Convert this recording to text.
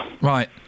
Right